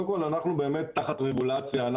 קודם כל אנחנו באמת תחת רגולציה,